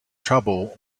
trouble